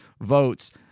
votes